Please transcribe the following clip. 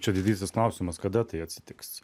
čia didysis klausimas kada tai atsitiks